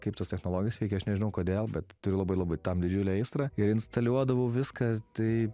kaip tos technologijos veikia aš nežinau kodėl bet turiu labai labai tam didžiulę aistrą ir instaliuodavau viską tai